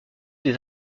des